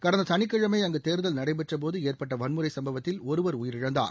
கடந்த சனிக்கிழமை அங்கு தேர்தல் நடைபெற்ற போது ஏற்பட்ட வன்முறை சம்பவத்தில் ஒருவர் உயிரிழந்தார்